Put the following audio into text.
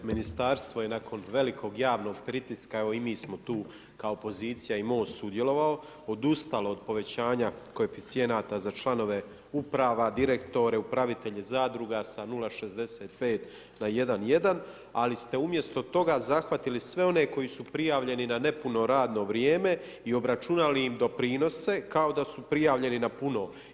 Poštovani ministre, ministarstvo je nakon velikog javnog pritiska, evo i mi smo tu kao pozicija i MOST sudjelovao, odustalo od povećanja koeficijenata za članove uprava, direktore, upravitelje zadruga sa 0,65 na 1,1, ali ste umjesto toga zahvatili sve one koji su prijavljeni na nepuno radno vrijeme i obračunali im doprinose kao da su prijavljeni na puno.